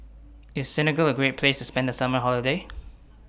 IS Senegal A Great Place to spend The Summer Holiday